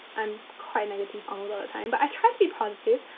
um quite negative all the time. but, i try to be positive.